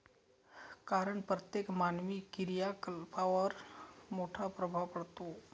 कारण प्रत्येक मानवी क्रियाकलापांवर मोठा प्रभाव पडतो